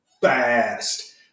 fast